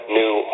new